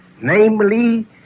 namely